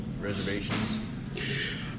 reservations